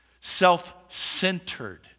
self-centered